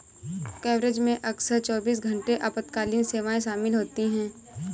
coverage में अक्सर चौबीस घंटे आपातकालीन सेवाएं शामिल होती हैं